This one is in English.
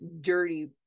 dirty